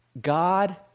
God